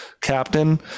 captain